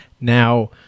Now